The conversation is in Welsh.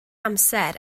amser